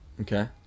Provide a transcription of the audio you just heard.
Okay